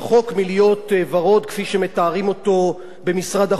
כפי שמתארים אותו במשרד החוץ או בלשכת ראש הממשלה.